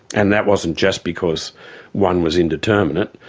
and that wasn't just because one was indeterminate,